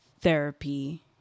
therapy